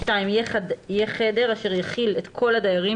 (2) יהיה חדר אשר יכיל את כל הדיירים,